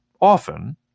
often